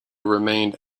remained